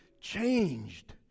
changed